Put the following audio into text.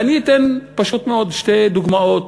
ואני אתן פשוט מאוד שתי דוגמאות,